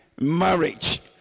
marriage